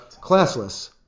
Classless